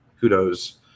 kudos